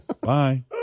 Bye